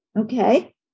Okay